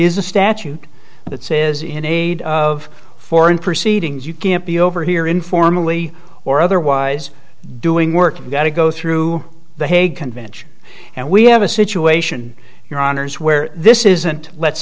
is a statute that says in aid of foreign proceedings you can't be over here informally or otherwise doing work you've got to go through the hague convention and we have a situation your honour's where this isn't let's